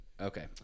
Okay